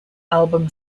album